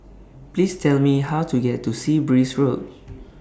Please Tell Me How to get to Sea Breeze Road